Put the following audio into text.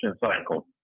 cycle